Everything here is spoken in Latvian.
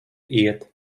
iet